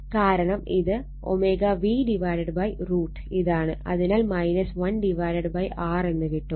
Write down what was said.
കാരണം ഇത് ω V √ ഇതാണ് അതിനാൽ 1R എന്ന് കിട്ടും